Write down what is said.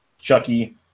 Chucky